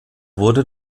wurde